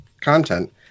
content